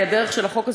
כי הדרך של החוק הזה,